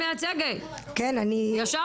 אני חושבת שאי אפשר